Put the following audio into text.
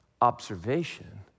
Observation